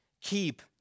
keep